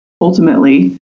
ultimately